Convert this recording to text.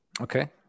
Okay